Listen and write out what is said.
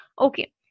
Okay